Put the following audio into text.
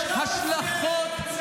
יש השלכות לממשלה המופקרת.